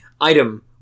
Item